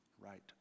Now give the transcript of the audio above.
right